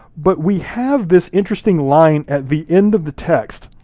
but we have this interesting line at the end of the text,